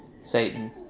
Satan